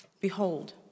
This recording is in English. behold